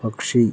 പക്ഷി